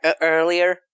earlier